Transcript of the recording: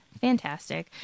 fantastic